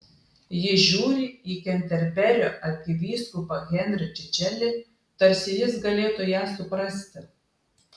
ji žiūri į kenterberio arkivyskupą henrį čičelį tarsi jis galėtų ją suprasti